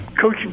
Coach